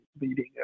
leading